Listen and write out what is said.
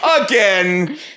Again